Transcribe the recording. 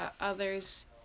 others